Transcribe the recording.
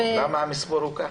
למה המספור הוא ככה?